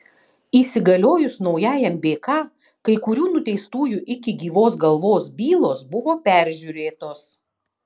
įsigaliojus naujajam bk kai kurių nuteistųjų iki gyvos galvos bylos buvo peržiūrėtos